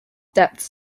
depths